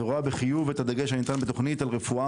ורואה בחיוב את הדגש הניתן בתוכנית על רפואה